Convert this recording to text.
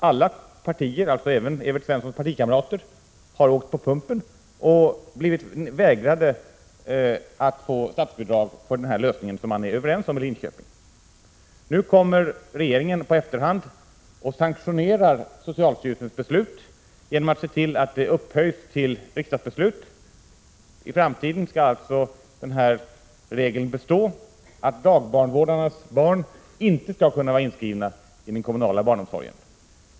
Alla partier, alltså även Evert Svenssons partikamrater, har åkt på pumpen och blivit vägrade att få statsbidrag för denna lösning, som man är överens om i Linköping. Nu kommer regeringen i efterhand och sanktionerar socialstyrelsens beslut genom att se till att detta upphöjs till riksdagsbeslut. Även i fortsättningen skall alltså den regeln bestå att dagbarnvårdarnas barn inte får vara inskrivna i den kommunala barnomsorgen.